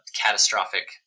catastrophic